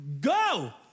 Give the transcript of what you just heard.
Go